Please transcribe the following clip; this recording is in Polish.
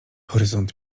horyzont